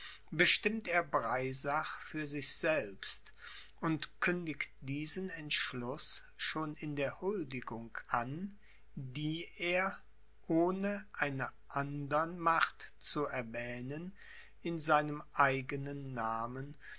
bestimmt er breisach für sich selbst und kündigt diesen entschluß schon in der huldigung an die er ohne einer andern macht zu erwähnen in seinem eigenen namen